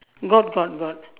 got got got